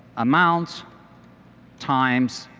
amount times